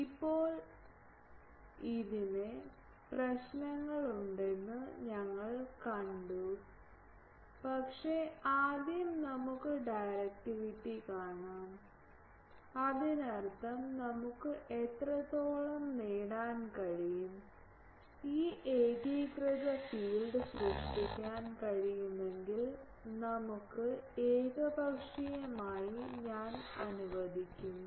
ഇപ്പോൾ ഇതിന് പ്രശ്നങ്ങളുണ്ടെന്ന് ഞങ്ങൾ കണ്ടു പക്ഷേ ആദ്യം നമുക്ക് ഡയറക്റ്റിവിറ്റി കാണാം അതിനർത്ഥം നമുക്ക് എത്രത്തോളം നേടാൻ കഴിയും ഈ ഏകീകൃത ഫീൽഡ് സൃഷ്ടിക്കാൻ കഴിയുമെങ്കിൽ നമുക്ക് ഏകപക്ഷീയമായി ഞാൻ അനുവദിക്കുo